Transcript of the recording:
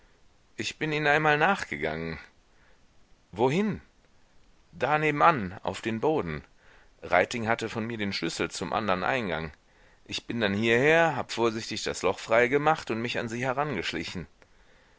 ich bin ihnen einmal nachgegangen wohin da nebenan auf den boden reiting hatte von mir den schlüssel zum andern eingang ich bin dann hieher habe vorsichtig das loch freigemacht und mich an sie